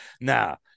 now